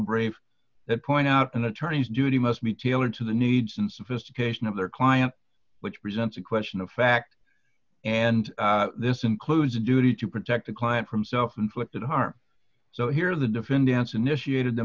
brave that point out an attorney's duty must be tailored to the needs and sophistication of their client which presents a question of fact and this includes a duty to protect the client from self inflicted harm so here the defendants initiated the